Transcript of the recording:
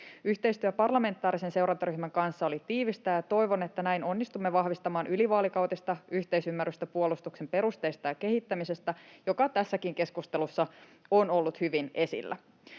Yhteistyö parlamentaarisen seurantaryhmän kanssa oli tiivistä, ja toivon, että näin onnistumme vahvistamaan ylivaalikautista yhteisymmärrystä puolustuksen perusteista ja kehittämisestä, joka tässäkin keskustelussa on ollut hyvin esillä.